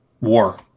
war